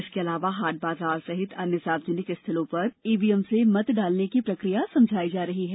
इसके अलावा हॉट बाजार सहित अन्य सार्वजनिक स्थलों पर ईवीएम से मत डालने की प्रक्रिया समझाई जा रही है